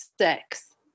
sex